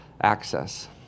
access